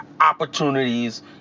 opportunities